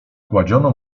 kładziono